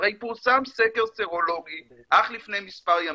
הרי פורסם סקר סרולוגי אך לפני מספר ימים.